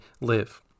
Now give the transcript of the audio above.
live